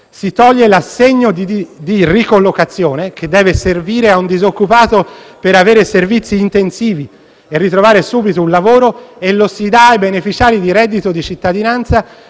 si toglie l'assegno di ricollocazione, che deve servire a un disoccupato per avere servizi intensivi e per ritrovare subito un lavoro, per darlo ai beneficiari di reddito di cittadinanza,